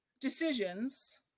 decisions